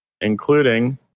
including